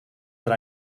that